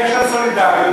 יש עוד סולידריות,